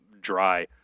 dry